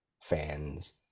fans